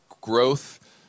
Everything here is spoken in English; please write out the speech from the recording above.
growth